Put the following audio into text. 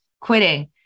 quitting